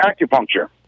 acupuncture